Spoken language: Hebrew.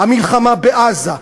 המלחמה בעזה,